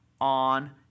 on